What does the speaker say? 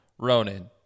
Ronan